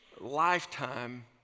lifetime